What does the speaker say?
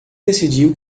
decidiu